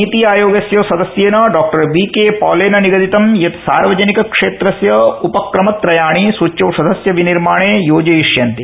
नीति आयोगस्य सदस्येन डॉक्टर वीके पॉलेन निगदितं यत् सार्वजनिक क्षेत्रस्य उपक्रम त्रयाणि सूच्यौषधस्य विनिर्माणे योजयिष्यन्ते